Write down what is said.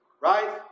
Right